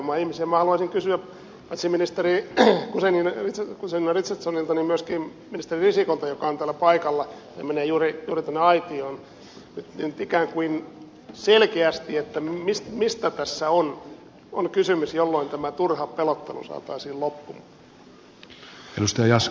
minä haluaisin kysyä paitsi ministeri guzenina richardsonilta myöskin ministeri risikolta joka on täällä paikalla ja menee juuri tuonne aitioon ikään kuin selkeästi mistä tässä on kysymys jolloin tämä turha pelottelu saataisiin loppumaan